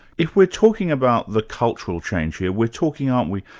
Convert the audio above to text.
if we're talking about the cultural change here, we're talking aren't we,